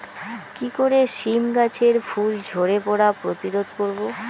কি করে সীম গাছের ফুল ঝরে পড়া প্রতিরোধ করব?